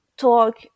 Talk